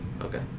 Okay